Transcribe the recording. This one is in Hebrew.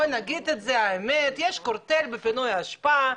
בואו נגיד את האמת יש קרטל בפינוי האשפה.